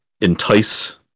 entice